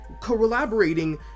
collaborating